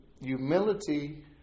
humility